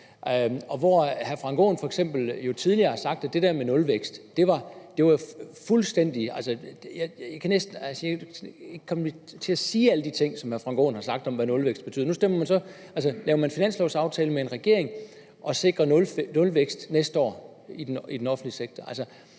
jo f.eks. tidligere sagt en masse om nulvækst – jeg kan næsten ikke sige alle de ting, som hr. Frank Aaen har sagt om, hvad nulvækst betød. Nu laver man en finanslovaftale med en regering og sikrer nulvækst næste år i den offentlige sektor;